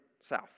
south